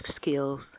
skills